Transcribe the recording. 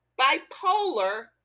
bipolar